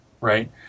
right